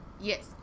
yes